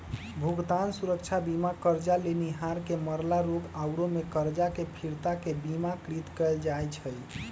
भुगतान सुरक्षा बीमा करजा लेनिहार के मरला, रोग आउरो में करजा के फिरता के बिमाकृत कयल जाइ छइ